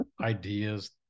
ideas